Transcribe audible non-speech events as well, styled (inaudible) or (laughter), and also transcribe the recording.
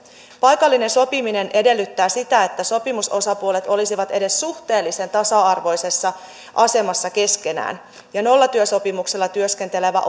paikallinen sopiminen edellyttää sitä että sopimusosapuolet olisivat edes suhteellisen tasa arvoisessa asemassa keskenään ja nollatyösopimuksella työskentelevä (unintelligible)